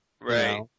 Right